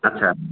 ଆଚ୍ଛା